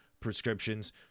Prescriptions